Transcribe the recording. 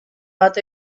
bat